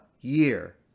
year